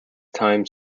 time